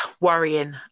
worrying